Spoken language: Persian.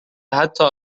حتا